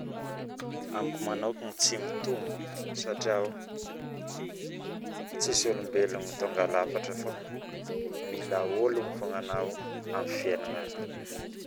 Amiko manokana tsy mitombogno satria tsisy olombelogna tongalafatra fao mila ologno fogna anao aminy fiainagnao